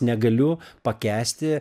negaliu pakęsti